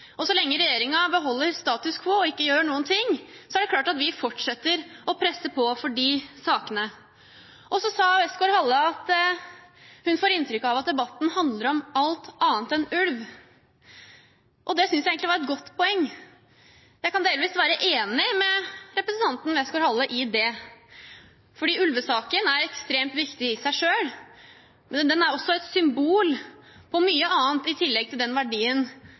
Så lenge regjeringen beholder status quo og ikke gjør noen ting, er det klart at vi fortsetter å presse på for de sakene. Westgaard-Halle sa at hun får inntrykk av at debatten handler om alt annet enn ulv. Det synes jeg egentlig var et godt poeng. Jeg kan delvis være enig med representanten Westgaard-Halle i det, for ulvesaken er ekstremt viktig i seg selv, men den er også et symbol på mye annet i tillegg til den verdien